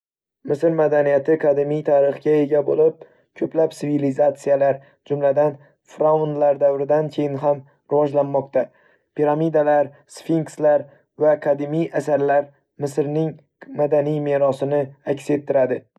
Misr madaniyati qadimiy tarixga ega bo'lib, ko'plab sivilizatsiyalar, jumladan, fir'avnlar davridan keyin ham rivojlanmoqda. Piramidalar, sfenkslar va qadimiy asarlar Misrning madaniy merosini aks ettiradi.